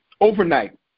overnight